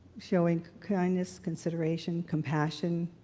showing kindness, consideration, compassion.